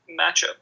matchup